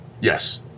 Yes